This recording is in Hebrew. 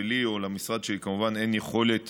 ולי או למשרד שלי אין יכולת